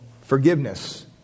forgiveness